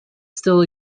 still